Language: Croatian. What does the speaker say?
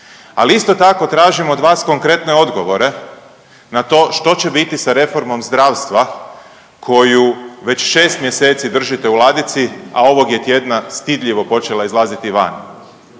Ali isto tako tražim od vas konkretne odgovore na to što će biti sa reformom zdravstva koju već 6 mjeseci držite u ladici, a ovog je tjedna stidljivo počela izlaziti van.